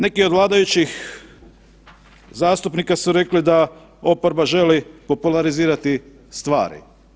Neki od vladajućih zastupnika su rekli da oporba želi popularizirati stvari.